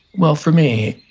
well, for me,